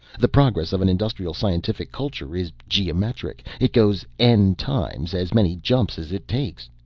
the progress of an industrial scientific culture is geometric. it goes n-times as many jumps as it takes.